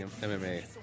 MMA